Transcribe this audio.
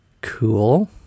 Cool